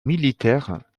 militaires